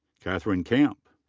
kathryn camp.